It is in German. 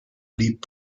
blieb